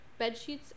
Bedsheets